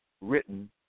written